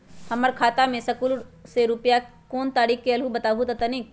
हमर खाता में सकलू से रूपया कोन तारीक के अलऊह बताहु त तनिक?